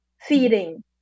feeding